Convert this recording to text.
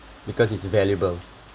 because it's valuable